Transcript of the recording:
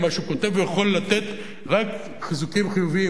ובמה שהוא כותב הוא יכול לתת רק חיזוקים חיוביים,